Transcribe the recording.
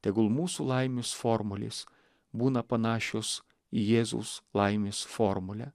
tegul mūsų laimės formulės būna panašios į jėzaus laimės formulę